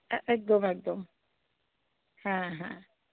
একদম একদম হ্যাঁ হ্যাঁ